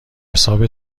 حساب